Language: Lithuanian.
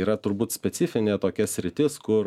yra turbūt specifinė tokia sritis kur